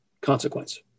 consequence